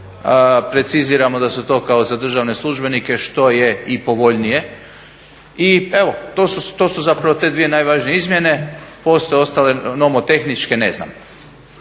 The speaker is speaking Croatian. preciziramo da su to kao za državne službenike što je i povoljnije. I evo, to su zapravo te dvije najvažnije izmjene. Postoje ostale nomotehničke, ne znam,